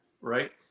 right